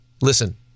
listen